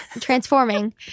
transforming